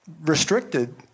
restricted